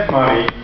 money